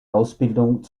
ausbildung